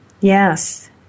Yes